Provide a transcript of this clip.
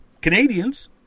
Canadians